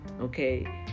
okay